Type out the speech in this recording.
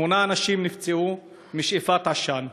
שמונה אנשים נפצעו משאיפת עשן.